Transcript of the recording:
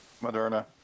Moderna